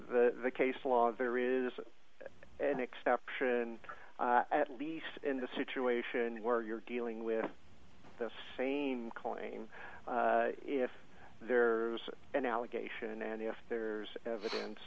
the case law there isn't an exception at least in the situation where you're dealing with the same claim if there's an allegation and if there's evidence